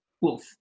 Wolf